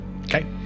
okay